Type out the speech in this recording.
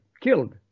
killed